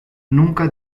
nunca